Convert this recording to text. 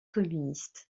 communiste